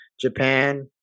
Japan